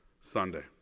Sunday